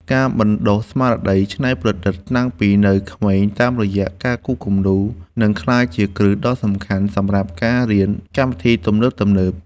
ការបណ្តុះស្មារតីច្នៃប្រឌិតតាំងពីនៅក្មេងតាមរយៈការគូរគំនូរនឹងក្លាយជាគ្រឹះដ៏សំខាន់សម្រាប់ការរៀនកម្មវិធីទំនើបៗ។